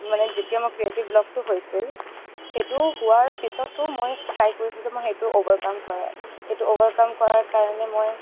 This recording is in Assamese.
মানে যেতিয়া মোৰ ক্ৰিয়েটিভ ব্লকটো হৈছিল সেইটো হোৱাৰ পিছতো মই ট্ৰাই কৰিছোঁ যে মই সেইটো অভাৰকম সেইটো অভাৰকম কৰাৰ কাৰণে মই